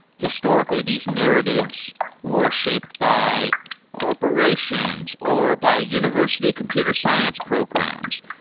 historically, these narratives were shaped by corporations, or by university computer science programs,